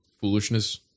foolishness